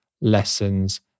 lessons